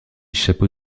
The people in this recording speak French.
chapeau